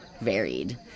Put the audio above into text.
varied